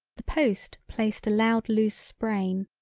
the post placed a loud loose sprain.